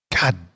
God